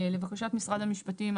לבקשת משרד המשפטים,